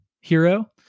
hero